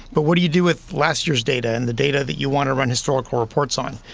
but what do you do with last year's data and the data that you want to run historical reports on?